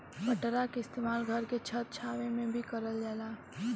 पटरा के इस्तेमाल घर के छत छावे में भी करल जाला